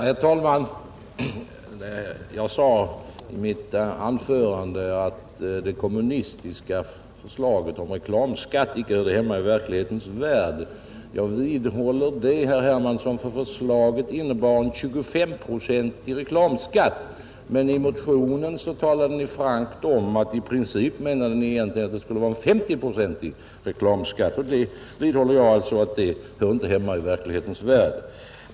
Herr talman! Jag sade i mitt anförande att det kommunistiska förslaget till reklamskatt icke hör hemma i verklighetens värld. Jag vidhåller det, herr Hermansson, därför att förslaget innebär en 25-procentig reklamskatt, men ni talar i motionen frankt om att ni i princip menade att det egentligen skulle vara en 5S0-procentig reklamskatt. Jag vidhåller alltså att detta inte hör hemma i verklighetens värld.